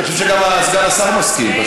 אני חושב שגם סגן השר מסכים.